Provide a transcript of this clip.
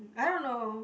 I don't know